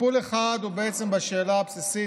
טיפול אחד הוא בשאלה הבסיסית,